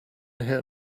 here